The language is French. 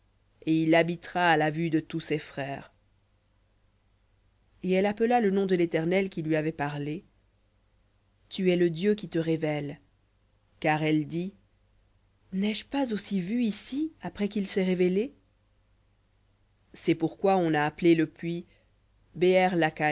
et il habitera à la vue de tous ses frères et elle appela le nom de l'éternel qui lui avait parlé tu es le dieu qui te révèles car elle dit n'ai-je pas aussi vu ici après qu'il s'est révélé cest pourquoi on a appelé le puits